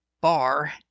bar